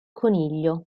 coniglio